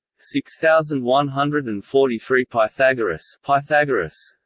six thousand one hundred and forty three pythagoras pythagoras